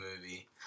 movie